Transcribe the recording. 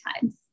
times